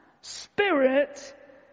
spirit